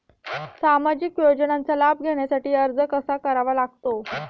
सामाजिक योजनांचा लाभ घेण्यासाठी अर्ज कसा करावा लागतो?